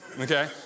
okay